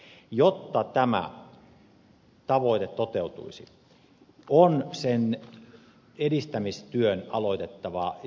jotta tämä tavoite toteutuisi on sen edistämistyön alettava heti